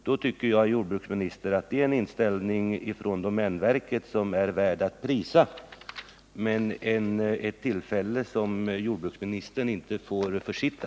Jag tycker, herr jordbruksminister, att denna domänverkets inställning är värd att prisa, och det är också ett tillfälle som jordbruksministern inte får försitta.